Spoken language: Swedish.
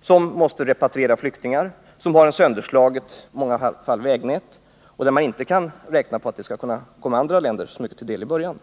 som måste repatriera flyktingar, som har ett i många fall sönderslaget vägnät och som inte kan räkna med andra länders hjälp så mycket till en början.